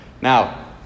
Now